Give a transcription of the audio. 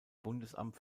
bundesamt